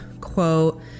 quote